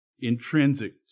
intrinsic